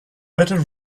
better